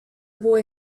boy